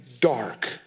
dark